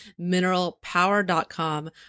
mineralpower.com